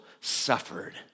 suffered